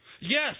Yes